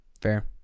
fair